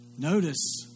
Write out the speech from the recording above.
Notice